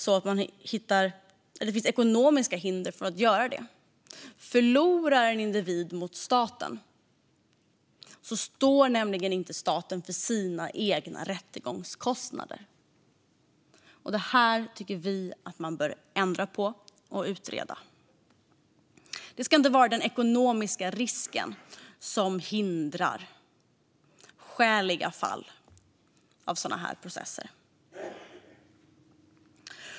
I dag finns det ekonomiska hinder för att göra det. Förlorar en individ mot staten står nämligen inte staten för sina egna rättegångskostnader. Det tycker vi att man bör ändra på och utreda. Det ska inte vara den ekonomiska risken som hindrar skäliga fall av sådana processer.